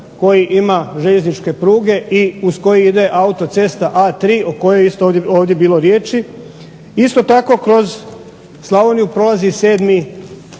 koji ima željezničke pruge, i uz koji ide autocesta A3 o kojoj je isto ovdje bilo riječi. Isto tako kroz Slavoniju prolazi 7.